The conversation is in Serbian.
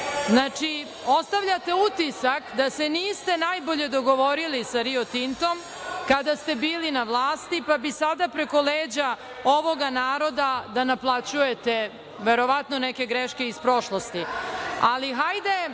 Znači, ostavljate utisak da se niste najbolje dogovorili sa "Rio Tintom" kada ste bili na vlasti, pa bi sada preko leđa ovoga naroda da naplaćujete verovatno neke greške iz prošlosti. Ali, hajde